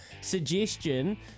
suggestion